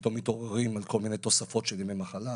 שפתאום מתעוררים על כל מיני תוספות של ימי מחלה,